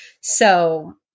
So-